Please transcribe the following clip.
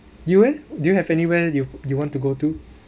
you will do you have anywhere you you want to go to